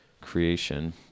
creation